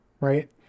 right